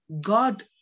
God